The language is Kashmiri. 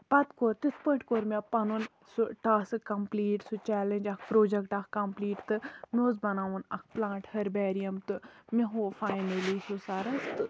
پَتہٕ کِتھ پٲٹھۍ کوٚر مےٚ پَنُن سُہ ٹاسٕک کَمپٕلیٖٹ سُہ چیلینج اکھ پروجیکٹ اکھ کَمپلیٖٹ تہٕ مےٚ اوس بَناوُن اکھ پٕلانٹ اکھ ۂربیرِیَم تہٕ مےٚ ہوو فاینٔلی سُہ سَرَن